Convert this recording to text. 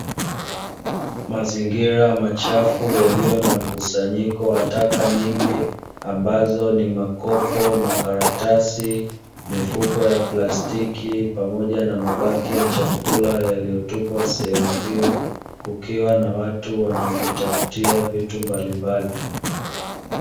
Mazingira machafu yaliyo na mkusanyiko wa taka nyingi ambazo ni: makopo, maratasi, mifuko ya plastiki pamoja na mabaki ya chakula yaliyotupwa sehemu hiyo kukiwa na watu wanaojitafutia vitu mbalimbali.